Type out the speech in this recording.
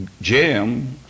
Jim